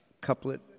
couplet